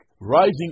rising